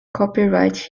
copyright